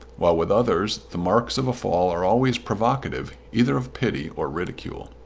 while, with others, the marks of a fall are always provocative either of pity or ridicule.